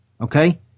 Okay